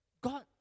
God